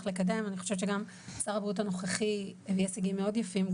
שגם שר הבריאות הנוכחי הביא הישגים מאוד יפים,